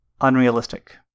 unrealistic